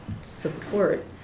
support